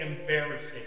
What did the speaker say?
embarrassing